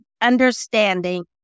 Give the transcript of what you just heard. understanding